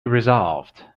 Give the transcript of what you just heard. resolved